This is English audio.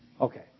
Okay